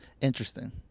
Interesting